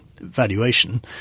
valuation